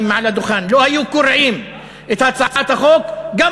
לא היו קורעים את הצעת החוק מעל הדוכן,